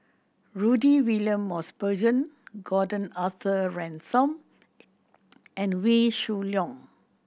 Rudy William Mosbergen Gordon Arthur Ransome and Wee Shoo Leong